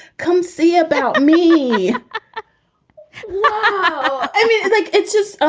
come see about me um ah i mean, like it's just ah